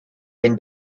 been